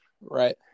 Right